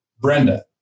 Brenda